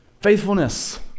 faithfulness